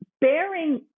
bearing